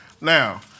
Now